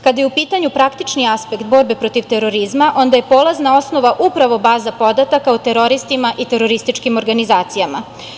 Kada je u pitanju praktični aspekt borbe protiv terorizma onda je polazna osnova upravo baza podataka o teroristima i terorističkim organizacijama.